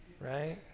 right